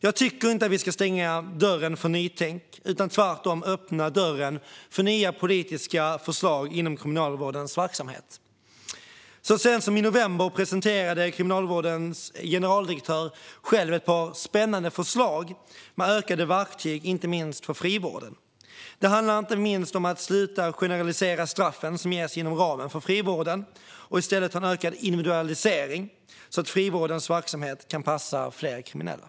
Jag tycker inte att vi ska stänga dörren för nytänkande utan tvärtom öppna dörren för nya politiska förslag inom Kriminalvårdens verksamhet. Så sent som i november presenterade Kriminalvårdens generaldirektör själv ett par spännande förslag med ökade verktyg, inte minst för frivården. Det handlar om att sluta generalisera straffen som ges inom ramen for frivården och att i stället ha en ökad individualisering så att frivårdens verksamhet kan passa fler kriminella.